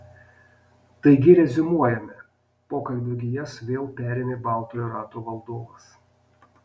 taigi reziumuojame pokalbio gijas vėl perėmė baltojo rato valdovas